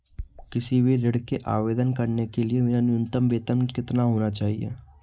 किसी भी ऋण के आवेदन करने के लिए मेरा न्यूनतम वेतन कितना होना चाहिए?